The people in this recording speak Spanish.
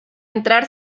entrar